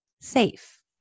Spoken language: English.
safe